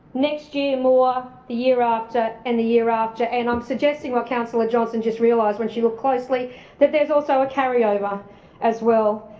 next year more, the year after and the year after and i'm suggesting what councillor johnston just realised when she looked closely that there's also a carry over as well.